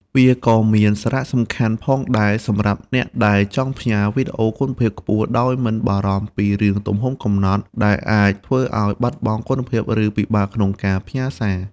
វាក៏មានសារៈសំខាន់ផងដែរសម្រាប់អ្នកដែលចង់ផ្ញើ វីដេអូគុណភាពខ្ពស់ ដោយ មិនបារម្ភពីរឿងទំហំកំណត់ ដែលអាចធ្វើឱ្យបាត់បង់គុណភាព ឬពិបាកក្នុងការផ្ញើ។